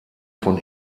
von